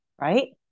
right